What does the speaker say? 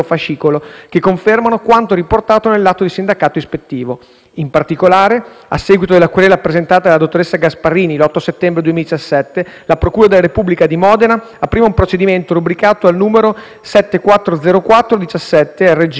In particolare, a seguito della querela presentata dalla dottoressa Gasparini l'8 settembre 2017, la procura della Repubblica di Modena apriva un procedimento, rubricato al n. 7404/17 RG NR Mod.21 a carico del sopracitato Montorsi ed altri,